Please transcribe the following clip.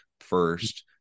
first